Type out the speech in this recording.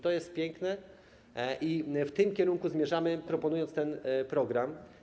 To jest piękne i w tym kierunku zmierzamy, proponując ten program.